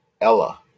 Ella